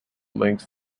links